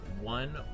One